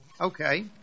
Okay